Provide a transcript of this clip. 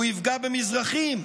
הוא יפגע במזרחים,